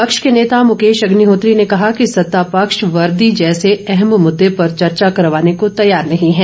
विपक्ष के नेता मुकेश अग्निहोत्री ने कहा कि सत्ता पक्ष वर्दी जैसे अहम मुद्दे पर चर्चा करवाने को तैयार नहीं है